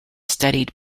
studied